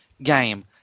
game